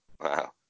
Wow